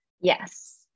Yes